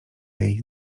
jej